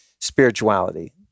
spirituality